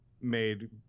Made